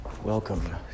Welcome